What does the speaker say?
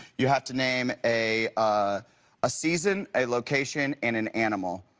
you have to name a ah a season, a location and an animal.